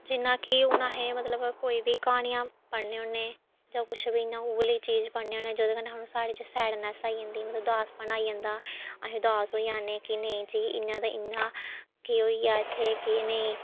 जिन्ना कि हून अस मतलब कोई बी क्हानियां पढ़ने होन्नें जां कुछ बी इ'यां उ'ऐ जेही चीज पढ़ने होन्नें जेह्दे कन्नै सानूं साढ़े च सैडनैस्स आई जंदी मतलब उदासपन आई जंदा अस उदास होई जन्नें कि नेईं जी इन्ना ते इन्ना केह् होई गेआ इत्थै केह् नेईं